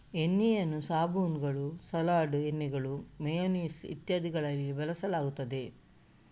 ಎಣ್ಣೆಯನ್ನು ಸಾಬೂನುಗಳು, ಸಲಾಡ್ ಎಣ್ಣೆಗಳು, ಮೇಯನೇಸ್ ಇತ್ಯಾದಿಗಳಲ್ಲಿ ಬಳಸಲಾಗುತ್ತದೆ